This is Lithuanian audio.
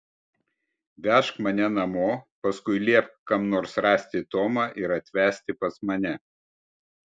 vežk mane namo paskui liepk kam nors rasti tomą ir atvesti pas mane